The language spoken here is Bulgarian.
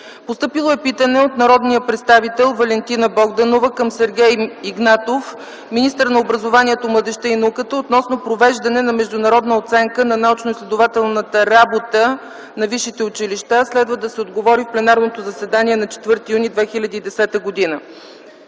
2010 г.; - питане от народния представител Валентина Богданова към Сергей Игнатов – министър на образованието, младежта и науката, относно провеждане на международна оценка на научноизследователската работа на висшите училища. Следва да се отговори в пленарното заседание на 4 юни 2010 г.;